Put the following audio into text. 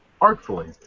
artfully